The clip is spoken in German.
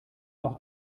auch